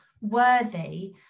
worthy